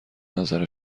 نظر